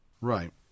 Right